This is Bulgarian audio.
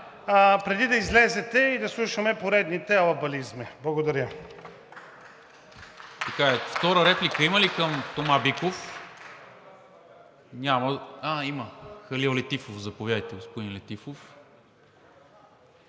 преди да излезете и да слушаме поредните алабализми. Благодаря.